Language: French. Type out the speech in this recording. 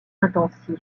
intensif